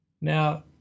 Now